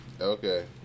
Okay